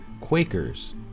Quakers